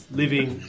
living